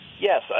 Yes